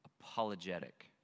apologetic